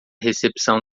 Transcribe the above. recepção